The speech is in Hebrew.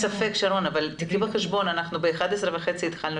אין לי ספק אבל קחי בחשבון שבשעה 11:30 התחלנו